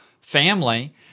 family